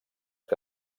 que